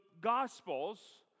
Gospels